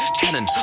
cannon